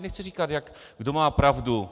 Nechci říkat, kdo má pravdu.